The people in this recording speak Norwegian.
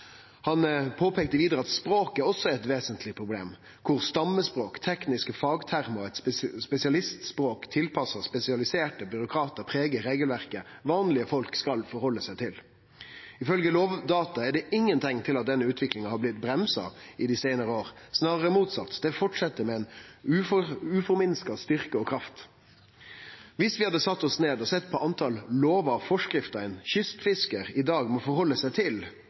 Han påpeikte vidare at språket òg er eit vesentleg problem – at stammespråk, tekniske fagtermar og eit spesialistspråk tilpassa spesialiserte byråkratar pregar regelverket vanlege folk skal rette seg etter. Ifølgje Lovdata er det ingen teikn til at denne utviklinga har blitt bremsa dei seinare åra – det er snarare motsett, ho fortset med uforminska styrke og kraft. Om vi hadde sett oss ned og sett på kor mange lover og forskrifter ein kystfiskar i dag må rette seg